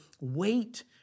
wait